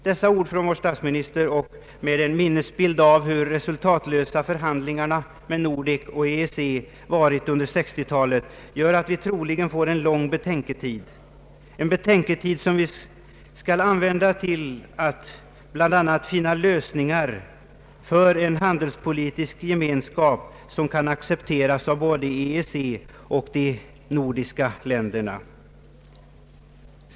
Dessa ord från vår statsminister och med en minnesbild av hur resultatlösa diskussionerna och förhandlingarna om Nordek och EEC varit under 1960-talet gör att vi troligen får en lång betänketid — en betänketid som vi skall använda till att bl.a. finna lösningar för en handelspolitisk gemenskap, som kan accepteras av både EEC och de nordiska länderna.